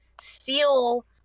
seal